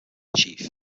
chief